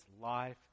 life